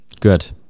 good